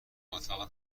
اتاق